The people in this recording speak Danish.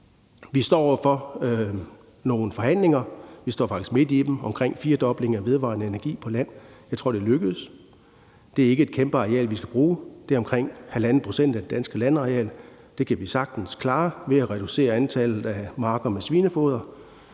Vi står over for nogle forhandlinger, vi står faktisk midt i dem, omkring firedobling af vedvarende energi på land. Jeg tror, det lykkes. Det er ikke et kæmpe areal, vi skal bruge, det er omkring 1½ pct. af det danske landareal, og det kan vi sagtens klare ved at reducere antallet af marker med svinefoder.